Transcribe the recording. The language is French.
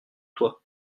toi